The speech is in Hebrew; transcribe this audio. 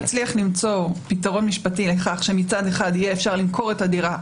אם נצליח למצוא פתרון משפטי לכך שמצד אחד יהיה אפשר למכור את הדירה,